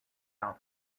out